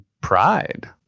pride